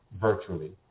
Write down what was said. virtually